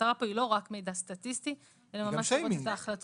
המטרה כאן היא לא רק מידע סטטיסטי אלא לראות את ההחלטות.